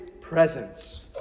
presence